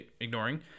ignoring